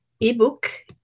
ebook